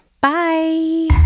Bye